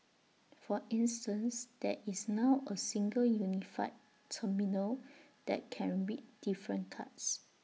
for instance there is now A single unified terminal that can read different cards